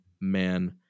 man